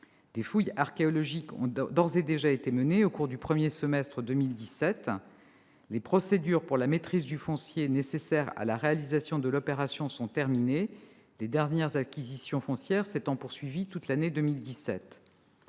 Des fouilles archéologiques ont d'ores et déjà été menées au cours du premier semestre de 2017. Les procédures pour la maîtrise du foncier nécessaire à la réalisation de l'opération sont terminées, les dernières acquisitions foncières se sont poursuivies tout au long de l'année 2017.